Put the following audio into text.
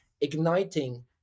igniting